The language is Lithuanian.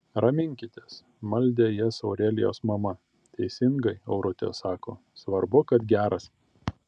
raminkitės maldė jas aurelijos mama teisingai aurutė sako svarbu kad geras